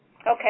Okay